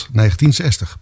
1960